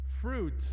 fruit